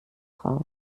raus